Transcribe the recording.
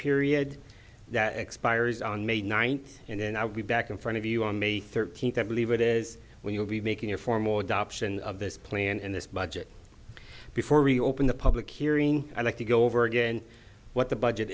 period that expires on may ninth and then i will be back in front of you on may thirteenth i believe it is when you will be making a formal adoption of this plan in this budget before we open the public hearing i'd like to go over again what the budget